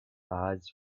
eyes